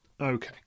Okay